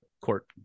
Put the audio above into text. court